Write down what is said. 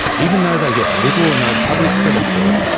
even though they get little or no public credit for it,